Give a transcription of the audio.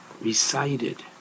recited